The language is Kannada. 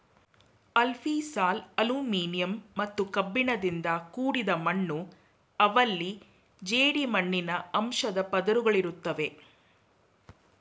ಅಲ್ಫಿಸಾಲ್ ಅಲ್ಯುಮಿನಿಯಂ ಮತ್ತು ಕಬ್ಬಿಣದಿಂದ ಕೂಡಿದ ಮಣ್ಣು ಅವಲ್ಲಿ ಜೇಡಿಮಣ್ಣಿನ ಅಂಶದ್ ಪದರುಗಳಿರುತ್ವೆ